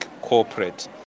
corporate